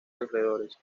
alrededores